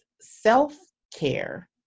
self-care